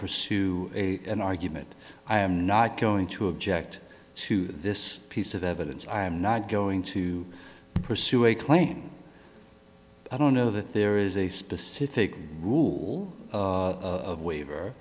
pursue a an argument i am not going to object to this piece of evidence i am not going to pursue a claim i don't know that there is a specific rule of waiver